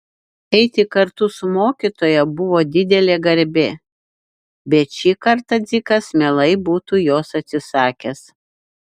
eiti kartu su mokytoja buvo didelė garbė bet šį kartą dzikas mielai būtų jos atsisakęs